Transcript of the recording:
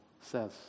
says